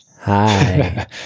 hi